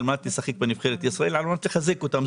מנת לשחק בנבחרת ישראל על מנת לחזק אותם.